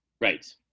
Right